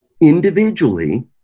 individually